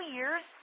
Year's